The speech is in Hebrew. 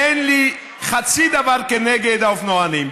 אין לי חצי דבר נגד האופנוענים.